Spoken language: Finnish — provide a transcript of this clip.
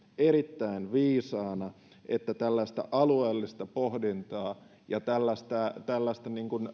erittäin viisaana että tällaista alueellista pohdintaa ja tällaista